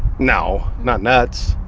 no, not nuts.